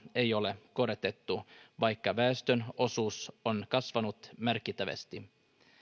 ei ole korotettu vaikka väestön osuus on kasvanut merkittävästi